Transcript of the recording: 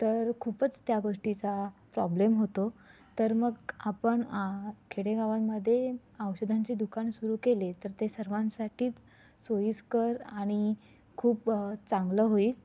तर खूपच त्या गोष्टीचा प्रॉब्लेम होतो तर मग आपण खेडेगावांमध्ये औषधांचे दुकान सुरु केले तर ते सर्वांसाठीच सोयीस्कर आणि खूप चांगलं होईल